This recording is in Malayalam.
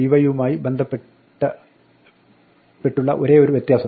py യുമായി ബന്ധപ്പെട്ടുള്ള ഒരോയൊരു വ്യത്യാസം